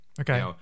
Okay